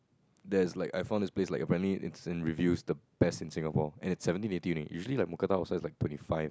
there's like I found this place like apparently it's in reviews the best in Singapore and it's seventeen eighty only usually like Mookata also it's like twenty five